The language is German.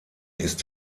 ist